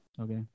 Okay